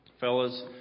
Fellas